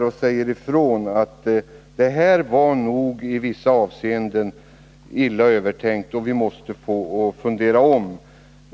och säga ifrån att det här var nog i vissa avseenden illa övertänkt, och vi måste tänka om.